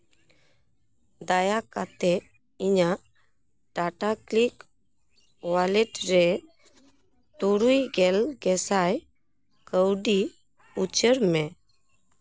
ᱫᱟᱭᱟᱠᱟᱛᱮ ᱤᱧᱟᱜ Tata Cliq wallet ᱨᱮ ᱛᱩᱨᱩᱭ ᱜᱮᱞ ᱜᱮᱥᱟᱭ ᱠᱟᱹᱣᱰᱤ ᱩᱪᱟᱹᱲ ᱢᱮ